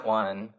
one